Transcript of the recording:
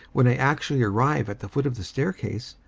when i actually arrive at the foot of the staircase,